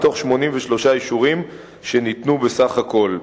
מתוך 83 אישורים שניתנו בסך הכול.